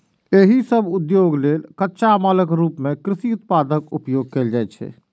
एहि सभ उद्योग लेल कच्चा मालक रूप मे कृषि उत्पादक उपयोग कैल जाइ छै